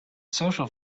social